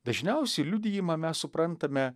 dažniausiai liudijimą mes suprantame